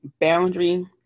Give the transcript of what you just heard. boundary